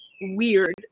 weird